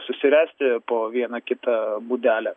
susiręsti po vieną kitą būdelę